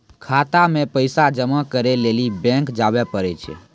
खाता मे पैसा जमा करै लेली बैंक जावै परै छै